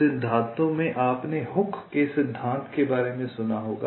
कुछ प्रसिद्ध सिद्धांतों में आपने हुक के सिद्धांत के बारे में सुना होगा